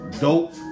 dope